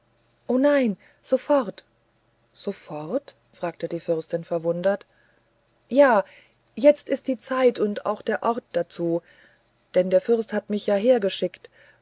o nein sofort sofort fragte die fürstin verwundert ja jetzt ist die zeit und auch der ort dazu denn der fürst hat mich ja hergeschickt